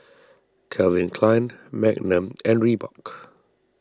Calvin Klein Magnum and Reebok